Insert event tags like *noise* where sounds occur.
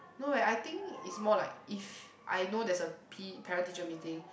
no eh I think it's more like if I know there's a *noise* parent teacher meeting